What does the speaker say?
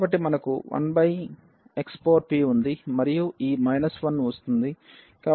కాబట్టి మనకు 1xp ఉంది మరియు ఈ 1వస్తుంది